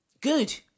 good